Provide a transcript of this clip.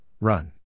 Run